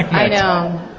i know.